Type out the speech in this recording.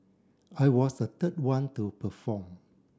I was the third one to perform